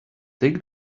take